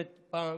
פעם,